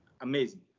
amazing